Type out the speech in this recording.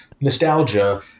nostalgia